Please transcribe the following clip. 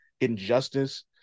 Injustice